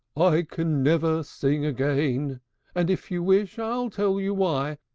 i can never sing again and, if you wish, i'll tell you why,